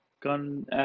gun